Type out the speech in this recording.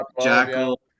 Jackal